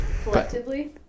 Collectively